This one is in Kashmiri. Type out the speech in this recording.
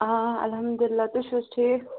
آ الحمدُاللہ تُہۍ چھُو حظ ٹھیٖک